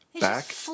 back